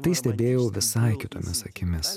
tai stebėjau visai kitomis akimis